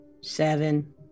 Seven